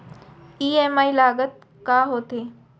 EMI लागत का होथे?